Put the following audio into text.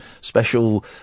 special